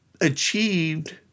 achieved